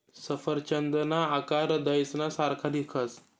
सफरचंदना आकार हृदयना सारखा दिखस